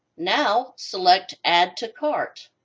now, select add to cart.